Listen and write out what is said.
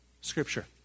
scripture